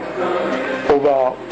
over